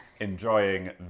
Enjoying